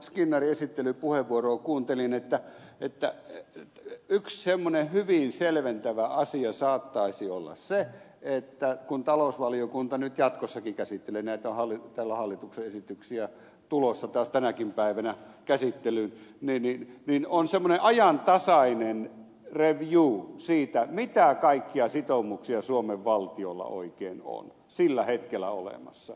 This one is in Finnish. skinnarin esittelypuheenvuoroa kuuntelin että yksi semmoinen hyvin selventävä asia saattaisi olla se että kun talousvaliokunta nyt jatkossakin käsittelee näitä täällä on hallituksen esityksiä tulossa taas tänäkin päivänä käsittelyyn niin on semmoinen ajantasainen review siitä mitä kaikkia sitoumuksia suomen valtiolla oikein on sillä hetkellä olemassa